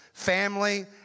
Family